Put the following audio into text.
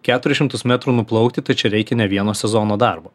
keturis šimtus metrų nuplaukti tai čia reikia ne vieno sezono darbo